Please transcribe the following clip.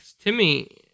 Timmy